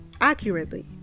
accurately